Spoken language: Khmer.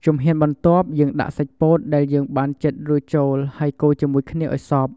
ជំហានបន្ទាប់ យើងដាក់សាច់ពោតដែលយើងបានចិតរួចចូលហើយកូរជាមួយគ្នាឱ្យសព្វ។